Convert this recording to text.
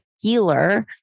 healer